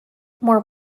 more